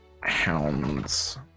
hounds